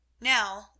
Now